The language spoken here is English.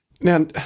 now